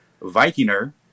Vikinger